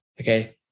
Okay